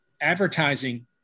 advertising